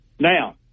Now